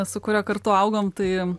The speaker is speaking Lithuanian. su kuria kartu augom tai